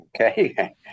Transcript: Okay